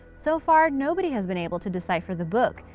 so far, nobody has been able to decipher the book,